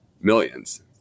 millions